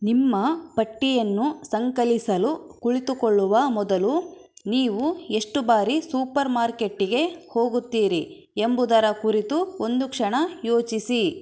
ನಿಮ್ಮ ಪಟ್ಟಿಯನ್ನು ಸಂಕಲಿಸಲು ಕುಳಿತುಕೊಳ್ಳುವ ಮೊದಲು ನೀವು ಎಷ್ಟು ಬಾರಿ ಸೂಪರ್ಮಾರ್ಕೆಟ್ಟಿಗೆ ಹೋಗುತ್ತೀರಿ ಎಂಬುದರ ಕುರಿತು ಒಂದು ಕ್ಷಣ ಯೋಚಿಸಿ